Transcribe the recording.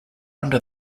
under